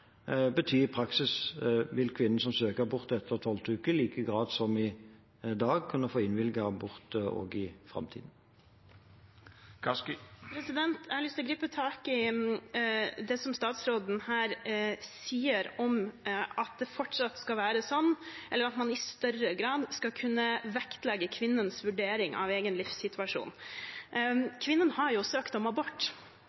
i praksis vil kvinnene som søker abort etter tolvte uke, i like stor grad som i dag kunne få innvilget abort også i framtiden. Jeg har lyst til å gripe tak i det som statsråden her sier om at man i større grad skal kunne vektlegge kvinnens vurdering av egen livssituasjon.